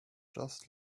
just